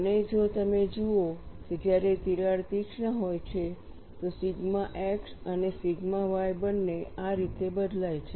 અને જો તમે જુઓ કે જ્યારે તિરાડ તીક્ષ્ણ હોય છે તો સિગ્મા x અને સિગ્મા y બંને આ રીતે બદલાય છે